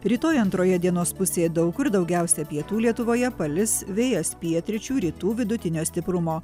rytoj antroje dienos pusėje daug kur daugiausia pietų lietuvoje palis vėjas pietryčių rytų vidutinio stiprumo